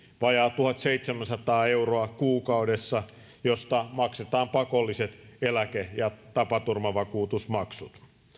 vajaa tuhatseitsemänsataa euroa kuukaudessa josta maksetaan pakolliset eläke ja tapaturmavakuutusmaksut